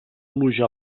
pluja